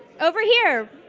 over here.